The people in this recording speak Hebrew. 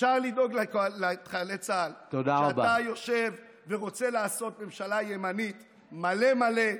אפשר לדאוג לחיילי צה"ל כשאתה יושב ורוצה לעשות ממשלה ימנית מלא מלא,